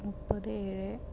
മുപ്പത് ഏഴ്